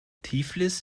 tiflis